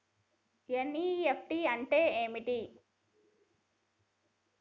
NEFT అంటే ఏంటిది?